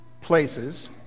places